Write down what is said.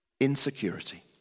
insecurity